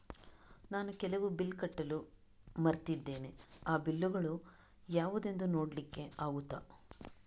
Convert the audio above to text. ನಾನು ಕೆಲವು ಬಿಲ್ ಕಟ್ಟಲು ಮರ್ತಿದ್ದೇನೆ, ಆ ಬಿಲ್ಲುಗಳು ಯಾವುದೆಂದು ನೋಡ್ಲಿಕ್ಕೆ ಆಗುತ್ತಾ?